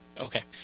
Okay